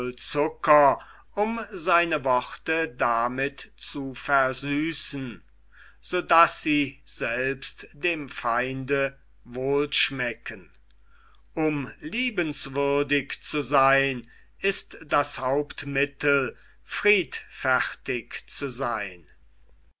zucker um seine worte damit zu versüßen so daß sie selbst dem feinde wohlschmecken um liebenswürdig zu seyn ist das hauptmittel friedfertig zu seyn